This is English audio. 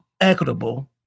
equitable